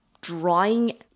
drawing